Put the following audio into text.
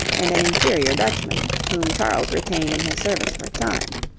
and an inferior dutchman, whom charles retained in his service for a time.